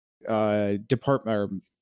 department